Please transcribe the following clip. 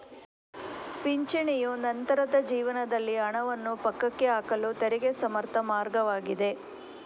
ಪಿಂಚಣಿಯು ನಂತರದ ಜೀವನದಲ್ಲಿ ಹಣವನ್ನು ಪಕ್ಕಕ್ಕೆ ಹಾಕಲು ತೆರಿಗೆ ಸಮರ್ಥ ಮಾರ್ಗವಾಗಿದೆ